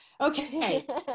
okay